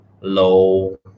low